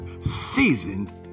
seasoned